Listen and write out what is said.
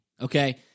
okay